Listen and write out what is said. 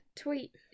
tweet